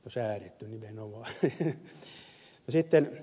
no säädetty nimenomaan